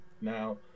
Now